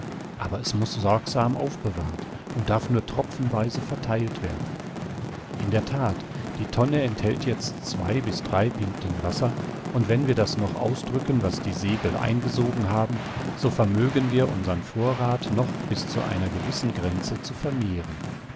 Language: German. aber es muß sorgsam aufbewahrt und darf nur tropfenweise vertheilt werden in der that die tonne enthält jetzt zwei bis drei pinten wasser und wenn wir das noch ausdrücken was die segel eingesogen haben so vermögen wir unsern vorrath noch bis zu einer gewissen grenze zu vermehren